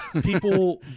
people